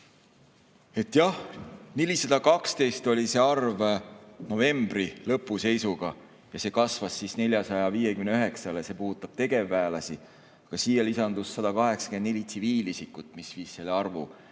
Jah, 412 oli see arv novembri lõpu seisuga ja see kasvas siis 459‑le. See puudutab tegevväelasi. Siia lisandus 184 tsiviilisikut, mis viis selle arvu